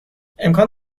امکان